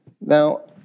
Now